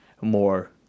more